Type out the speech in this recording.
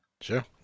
Sure